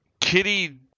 kitty